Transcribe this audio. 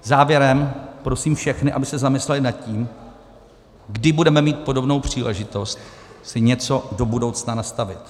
Závěrem prosím všechny, aby se zamysleli nad tím, kdy budeme mít podobnou příležitost si něco do budoucna nastavit.